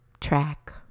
Track